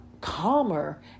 calmer